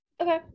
okay